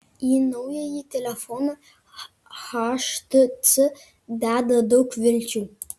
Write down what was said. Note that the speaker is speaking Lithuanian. į naująjį telefoną htc deda daug vilčių